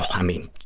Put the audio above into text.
i mean,